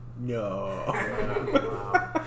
No